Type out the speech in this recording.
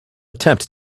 attempt